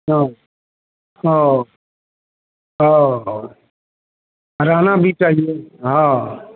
हाँ और और रहना भी चाहिए हाँ